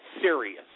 serious